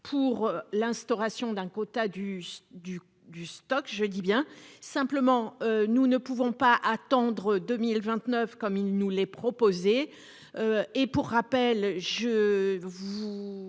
pour l'instauration d'un quota du du du stock je dis bien simplement, nous ne pouvons pas attendre 2029, comme il nous les proposer. Et pour rappel je vous